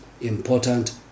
important